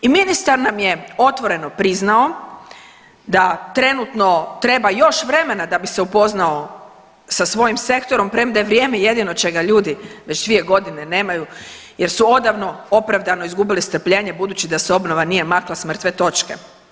I ministar nam je otvoreno priznao da trenutno treba još vremena da bi se upoznao sa svojim sektorom, premda je vrijeme jedino čega ljudi već dvije godine nemaju jer su odavno opravdano izgubili strpljenje budući da se obnova nije makla s mrtve točke.